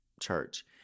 church